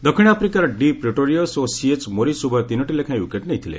ଦକ୍ଷିଣ ଆଫ୍ରିକାର ଡିପ୍ରିଟୋରିଅସ୍ ଏବଂ ସିଏଚ୍ ମୋରିଶ ଉଭୟ ତିନିଟି ଲେଖାଏଁ ୱିକେଟ୍ ନେଇଥିଲେ